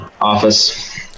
office